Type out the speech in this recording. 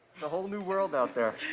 whole new world out there.